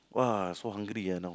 !wah! so hungry ah now